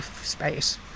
space